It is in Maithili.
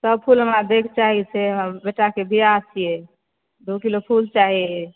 सभ फूल हमरा दयके चाही से हमर बेटाक बियाह छियै दू किलो फूल चाही